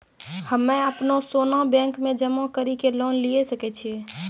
हम्मय अपनो सोना बैंक मे जमा कड़ी के लोन लिये सकय छियै?